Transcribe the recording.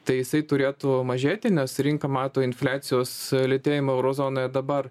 tai jisai turėtų mažėti nes rinka mato infliacijos lėtėjimą euro zonoje dabar